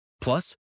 Plus